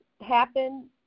happen